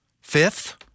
Fifth